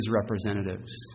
representatives